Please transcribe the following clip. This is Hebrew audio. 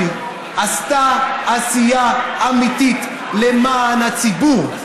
והוועדה שלי עשתה עשייה אמיתית למען הציבור.